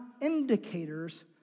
indicators